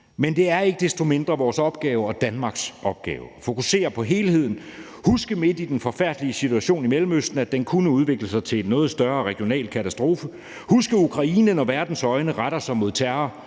Men det er ikke desto mindre vores opgave og Danmarks opgave at fokusere på helheden. Vi skal huske midt i den forfærdelige situation i Mellemøsten, at den kunne udvikle sig til en noget større regional katastrofe, huske Ukraine, når verdens øjne retter sig mod terror